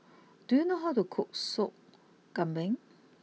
do you know how to cook Sop Kambing